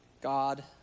God